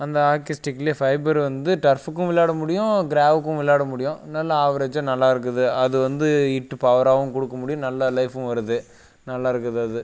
அந்த ஆக்கி ஸ்டிக்கிலே ஃபைபரு வந்து ஸ்ட்ரஃப்ஃபுக்கும் விளாட முடியும் கிராவுக்கும் விளாட முடியும் நல்லா ஆவுரேஜாக நல்லா இருக்குது அது வந்து இட்டு பவராகவும் கொடுக்க முடியும் நல்லா லைஃபும் வருது நல்லாயிருக்குது அது